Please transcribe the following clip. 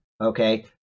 okay